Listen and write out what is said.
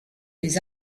les